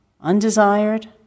undesired